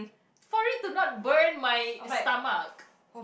sorry do not burn my stomach